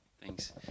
Thanks